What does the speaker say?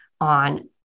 on